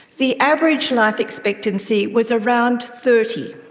the average life expectancy was around thirty.